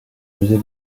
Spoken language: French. musée